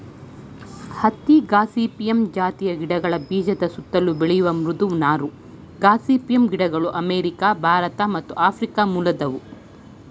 ಹತ್ತಿ ಗಾಸಿಪಿಯಮ್ ಜಾತಿಯ ಗಿಡಗಳ ಬೀಜದ ಸುತ್ತಲು ಬೆಳೆಯುವ ಮೃದು ನಾರು ಗಾಸಿಪಿಯಮ್ ಗಿಡಗಳು ಅಮೇರಿಕ ಭಾರತ ಮತ್ತು ಆಫ್ರಿಕ ಮೂಲದವು